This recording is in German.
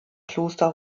kloster